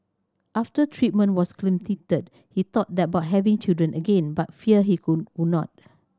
after treatment was completed he thought that about having children again but feared he could would not